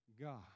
God